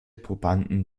probanden